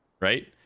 right